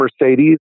Mercedes